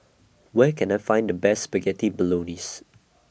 Where Can I Find The Best Spaghetti Bolognese